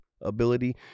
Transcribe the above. ability